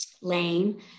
lane